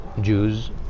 Jews